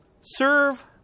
Serve